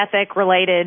ethic-related